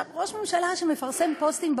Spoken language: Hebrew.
ראש ממשלה מפרסם פוסטים בפייסבוק?